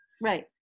right